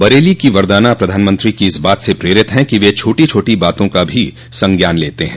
बरेली की वरदाना प्रधानमंत्री की इस बात से प्रेरित हैं कि वे छोटी छोटी बातों का भी संज्ञान लेते हैं